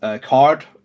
card